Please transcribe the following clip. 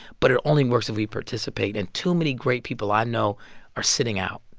but it only works if we participate. and too many great people i know are sitting out.